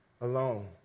alone